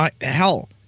Hell